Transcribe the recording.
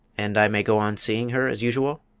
and i may go on seeing her as usual?